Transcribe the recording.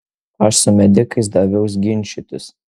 aš su medikais daviaus ginčytis